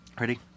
Ready